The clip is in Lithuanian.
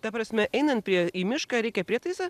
ta prasme einant prie į mišką reikia prietaisą